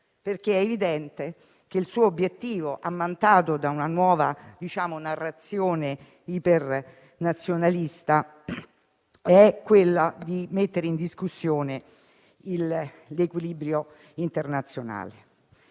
infatti evidente che il suo obiettivo, ammantato da una nuova narrazione ipernazionalista, è di mettere in discussione l'equilibrio internazionale.